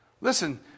Listen